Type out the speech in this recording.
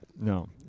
No